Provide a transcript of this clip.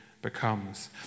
becomes